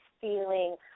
feeling